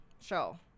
show